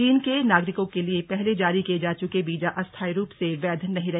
चीन के नागरिकों के लिए पहले जारी किए जा चुके वीजा अस्थाई रूप से वैध नहीं रहे